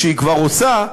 כשהיא כבר עושה,